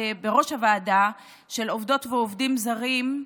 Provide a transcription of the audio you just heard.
בראש הוועדה של עובדות ועובדים זרים,